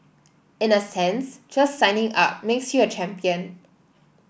in a sense just signing up makes you a champion